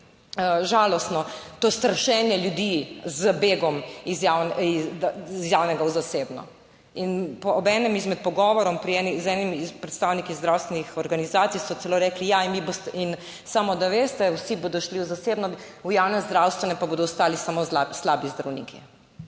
žalostno to strašenje ljudi z begom iz javnega v zasebno. In ob enem izmed pogovorov z enimi predstavniki zdravstvenih organizacij so celo rekli, samo, da veste, vsi bodo šli v zasebno, v javnem zdravstvenem pa bodo ostali samo slabi zdravniki.